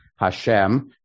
Hashem